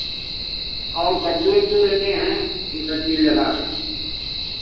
और कद्दू अद्दू लगे हैं ये सब चीज़ लगा है